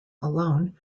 alone